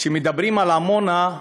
כשמדברים על עמונה,